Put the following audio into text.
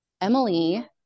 Emily